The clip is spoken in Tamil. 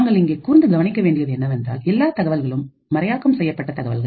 தாங்கள் இங்கே கூர்ந்து கவனிக்க வேண்டியது என்னவென்றால் எல்லா தகவல்களும் மறையாக்கம் செய்யப்பட்ட தகவல்கள்